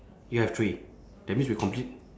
you have three that means we complete